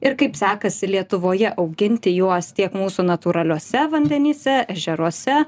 ir kaip sekasi lietuvoje auginti juos tiek mūsų natūraliuose vandenyse ežeruose